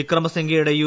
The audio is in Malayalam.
വിക്രമസിംഗെയുടെ യു